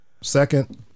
Second